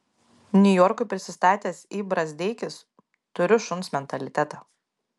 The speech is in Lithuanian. niujorkui prisistatęs i brazdeikis turiu šuns mentalitetą